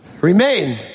remain